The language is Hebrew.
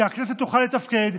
שהכנסת תוכל לתפקד,